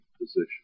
position